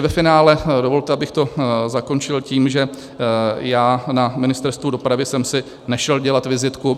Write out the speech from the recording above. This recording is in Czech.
Ve finále mi dovolte, abych to zakončil tím, že já na Ministerstvu dopravy jsem si nešel dělat vizitku.